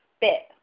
bit